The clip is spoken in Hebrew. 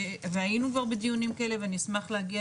והיינו כבר בדיונים כאלה ואני אשמח להגיע